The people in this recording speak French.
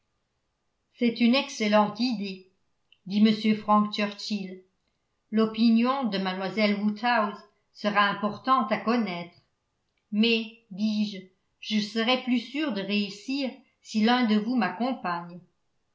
c'est une excellente idée dit m frank churchill l'opinion de mlle woodhouse sera importante à connaître mais dis-je je serai plus sûre de réussir si l'un de vous m'accompagne